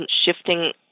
shifting